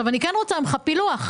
אני כן רוצה ממך פילוח,